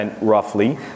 roughly